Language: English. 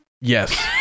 yes